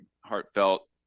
heartfelt